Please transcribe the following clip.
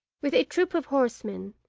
with a troop of horsemen,